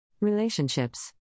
Relationships